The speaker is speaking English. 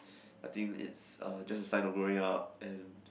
I think it's a just a sign of growing up and